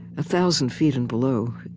a thousand feet and below,